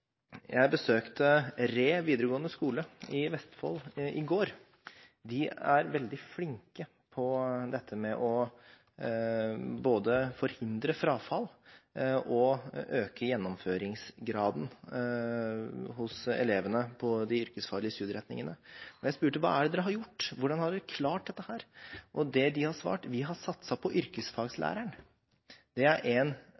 Jeg besøkte Re videregående skole i Vestfold i går. De er veldig flinke til både å forhindre frafall og å øke gjennomføringsgraden hos elevene på de yrkesfaglige studieretningene. Jeg spurte: Hva har dere gjort? Hvordan har dere klart dette? Det de har svart, er: Vi har satset på yrkesfaglæreren. Det er en